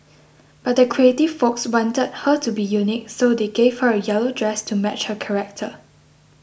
but the creative folks wanted her to be unique so they gave her a yellow dress to match her character